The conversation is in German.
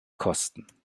kosten